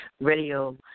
radio